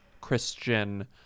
Christian